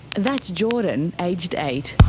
that's jordan, aged eight.